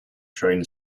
train